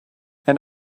and